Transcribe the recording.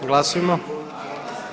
Glasujmo.